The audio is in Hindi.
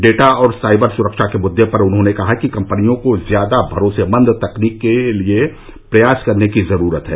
डेटा और साइबर सुरक्षा के मुद्दे पर उन्होंने कहा कि कंपनियों को ज्यादा भरोसेमंद तकनीक के लिए प्रयास करने की जरूरत है